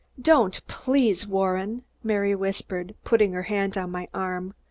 don't, please, warren! mary whispered, putting her hand on my arm.